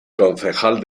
concejal